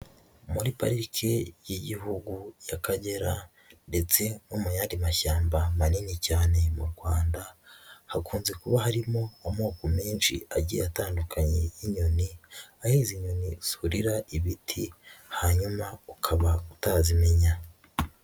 Muri pariki y'igihugu y'Akagera ndetse no mu yandi mashyamba manini cyane mu Rwanda, hakunze kuba harimo amoko menshi agiye atandukanye y'inyoni, aho izi nyoni zurira ibiti hanyuma ukaba utazimenya.